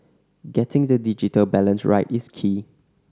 getting the digital balance right is key